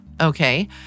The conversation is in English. okay